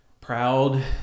proud